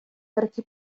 perché